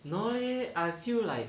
no leh I feel like